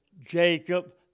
Jacob